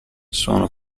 sono